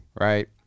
Right